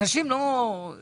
אנשים לא מוהלים.